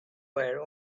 were